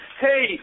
Hey